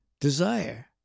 desire